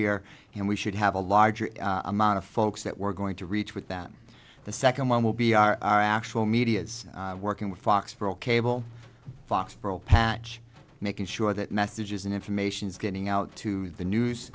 year and we should have a larger amount of folks that we're going to reach with that the second one will be our actual media's working with fox for all cable fox for a patch making sure that messages and information is getting out to the news